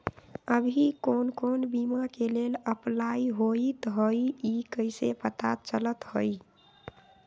अभी कौन कौन बीमा के लेल अपलाइ होईत हई ई कईसे पता चलतई?